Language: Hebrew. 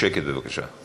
בשקט בבקשה.